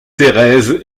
thérèse